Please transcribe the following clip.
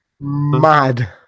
Mad